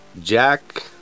Jack